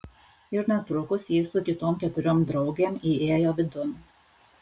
ir netrukus ji su kitom keturiom draugėm įėjo vidun